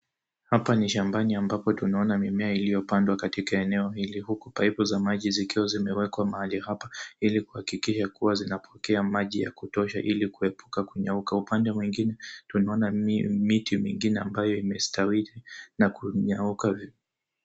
Hapa ni shambani ambapo tunaona mimea iliyopandwa katika eneo hili, huku paipu za maji zikiwa zimewekwa mahali hapa ili kuhakikisha kuwa zinapokea maji ya kutosha ili kuepuka kunyauka. Upande mwingine tunaona miti mingine ambayo imestawiri na kunyauka.